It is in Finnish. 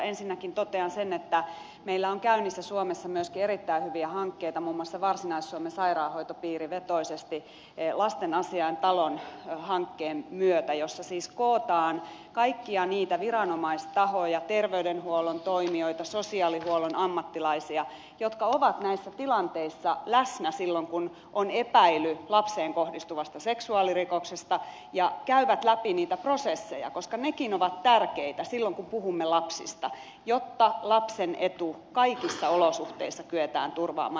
ensinnäkin totean sen että meillä on käynnissä suomessa myöskin erittäin hyviä hankkeita muun muassa varsinais suomen sairaanhoitopiirin vetoisesti lastenasiaintalohankkeen myötä jossa siis kootaan kaikkia niitä viranomaistahoja terveydenhuollon toimijoita sosiaalihuollon ammattilaisia jotka ovat näissä tilanteissa läsnä silloin kun on epäily lapseen kohdistuvasta seksuaalirikoksesta ja jotka käyvät läpi niitä prosesseja koska nekin ovat tärkeitä silloin kun puhumme lapsista jotta lapsen etu kaikissa olosuhteissa kyetään turvaamaan